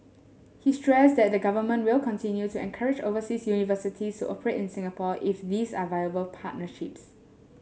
he stressed that the Government will continue to encourage overseas universities to operate in Singapore if these are viable partnerships